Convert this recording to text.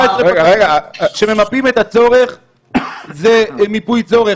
17 פקחים שממפים את הצורך זה מיפוי צורך.